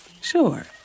Sure